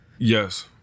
Yes